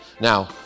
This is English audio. Now